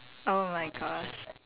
oh my gosh